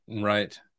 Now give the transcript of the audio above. Right